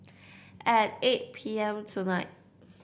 at eight P M tonight